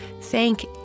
Thank